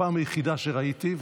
הפעם היחידה שראיתי,